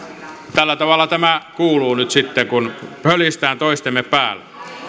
tällä tavalla tämä kuuluu nyt sitten kun pölistään toistemme päälle